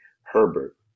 Herbert